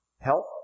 help